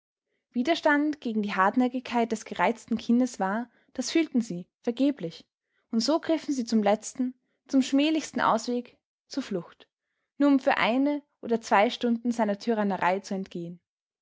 widerstand gegen die hartnäckigkeit des gereizten kindes war das fühlten sie vergeblich und so griffen sie zum letzten zum schmählichsten ausweg zur flucht nur um für eine oder zwei stunden seiner tyrannei zu entgehen